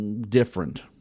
different